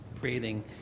breathing